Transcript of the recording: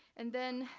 and then,